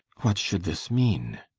what should this meane?